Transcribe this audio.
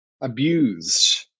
abused